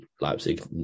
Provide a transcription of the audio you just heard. Leipzig